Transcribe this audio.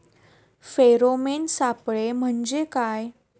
Pheromone सापळे म्हंजे काय?